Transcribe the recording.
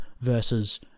versus